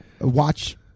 watch